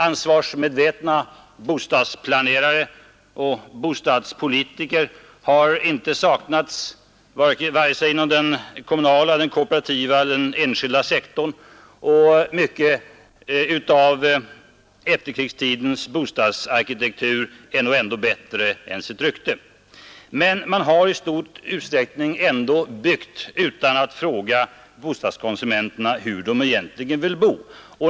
Ansvarsmedvetna bostadsplanerare och bostadspolitiker har inte saknats vare sig inom den kommunala, den kooperativa eller den enskilda sektorn, och mycket av efterkrigstidens bostadsarkitektur är nog ändå bättre än sitt rykte. Men man har i stor utsträckning ändå byggt utan att fråga bostadskonsumenterna hur de egentligen vill bo.